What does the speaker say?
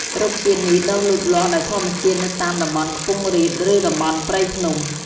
រុក្ខជាតិនេះដុះលូតលាស់ដោយធម្មជាតិនៅតាមតំបន់ខ្ពង់រាប ឬតំបន់ព្រៃភ្នំ។